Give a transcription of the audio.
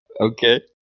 Okay